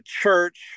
Church